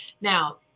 Now